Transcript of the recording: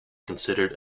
considered